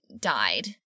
died